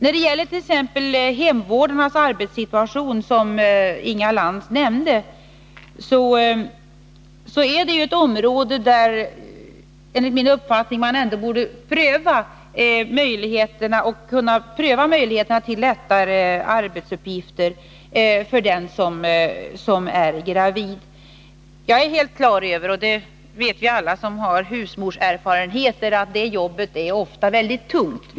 När det gäller t.ex. hemvårdarnas arbetssituation, som Inga Lantz nämnde, borde man på det området enligt min uppfattning kunna pröva möjligheterna till lättare arbetsuppgifter för den som är gravid. Jag är helt klar över att — och det vet ju alla som har husmorserfarenheter — det jobbet ofta är väldigt tungt.